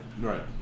Right